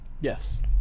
Yes